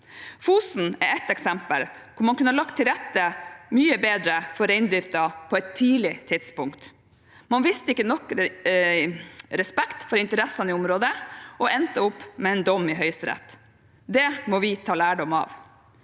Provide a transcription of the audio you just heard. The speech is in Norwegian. Fosen er et eksempel, hvor man kunne lagt mye bedre til rette for reindriften på et tidlig tidspunkt. Man viste ikke nok respekt for interessene i området og endte opp med en dom i Høyesterett. Det må vi ta lærdom av.